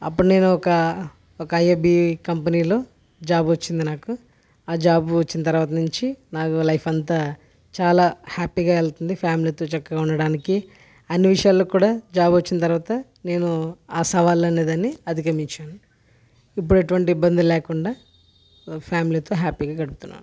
అప్పుడు నేను ఒక ఒక ఐఏబి కంపెనీలో జాబ్ వచ్చింది నాకు ఆ జాబు వచ్చిన తర్వాత నుంచి నాకు లైఫ్ అంతా చాలా హ్యాపీగా వెళ్తుంది ఫ్యామిలీతో చక్కగా ఉండడానికి అన్ని విషయాల్లో కూడా జాబ్ వచ్చిన తర్వాత నేను ఆ సవాలు అనేదాన్ని అధిగమించాను ఇప్పుడు ఎటువంటి ఇబ్బంది లేకుండా ఫ్యామిలీతో హ్యాపీగా గడుపుతున్నాను